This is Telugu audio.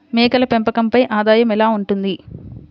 మేకల పెంపకంపై ఆదాయం ఎలా ఉంటుంది?